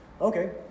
Okay